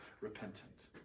repentant